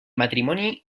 matrimoni